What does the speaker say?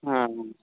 હા